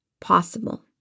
possible